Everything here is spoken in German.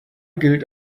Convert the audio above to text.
gilt